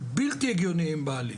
בלתי הגיוניים בעליל.